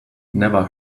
never